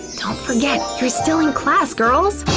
don't forget, you're still in class girls!